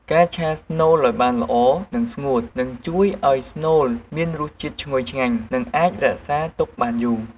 ការឆាស្នូលឲ្យបានល្អ និងស្ងួត នឹងជួយឲ្យស្នូលមានរសជាតិឈ្ងុយឆ្ងាញ់ និងអាចរក្សាទុកបានយូរ។